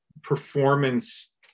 performance